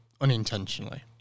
unintentionally